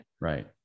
right